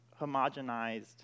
homogenized